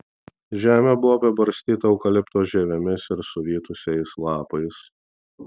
žemė buvo apibarstyta eukalipto žievėmis ir suvytusiais lapais